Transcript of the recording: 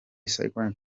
cycling